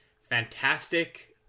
fantastic